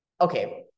Okay